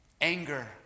Anger